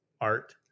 art